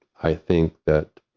i think that,